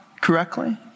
correctly